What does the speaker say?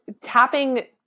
tapping